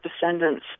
descendants